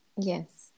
Yes